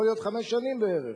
זה יכול להיות חמש שנים בערך.